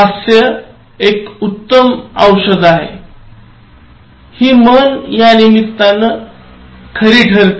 हास्य एक उत्तम औषध आहे हि म्हण यानिमित्ताने खरी ठरते